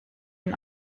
and